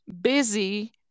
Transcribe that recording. busy